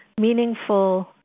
meaningful